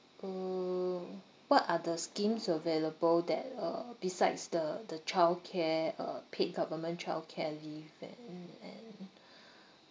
uh what are the schemes available that uh besides the the childcare uh paid government childcare leave and and